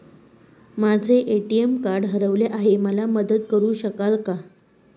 माझे ATM card हरवले आहे, मला मदत करु शकाल का?